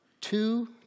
two